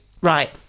Right